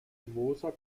moser